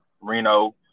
Reno